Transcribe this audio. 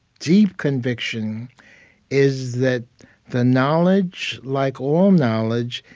deep conviction is that the knowledge, like all knowledge,